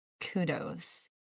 kudos